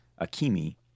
akimi